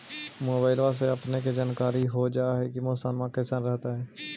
मोबाईलबा से अपने के जानकारी हो जा है की मौसमा कैसन रहतय?